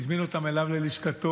הזמין אותם אליו ללשכתו,